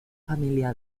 familia